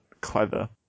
clever